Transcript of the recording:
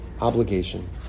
obligation